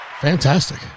Fantastic